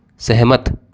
सहमत